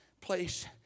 place